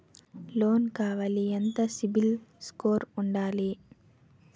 Loan కావాలి ఎంత CIBIL score ఉండాలి?